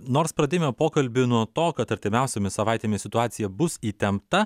nors pradėjome pokalbį nuo to kad artimiausiomis savaitėmis situacija bus įtempta